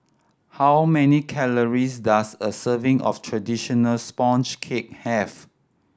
how many calories does a serving of traditional sponge cake have